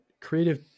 creative